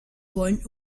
wollen